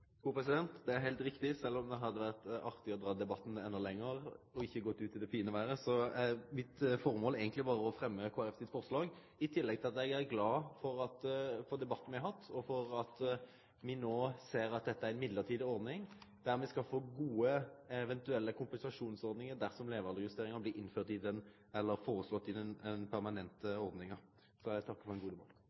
Det er heilt riktig, sjølv om det hadde vore artig å dra debatten endå lenger og ikkje gå ut i det fine vêret. Mitt formål er eigentleg berre å fremme Kristeleg Folkeparti sitt forslag. I tillegg er eg glad for debatten me har hatt, og for at me no ser at dette er ei midlertidig ordning, og at me eventuelt skal få gode kompensasjonsordningar dersom levealdersjusteringa blir foreslått i den permanente ordninga. Eg takkar for ein god